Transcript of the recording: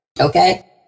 Okay